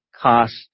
cost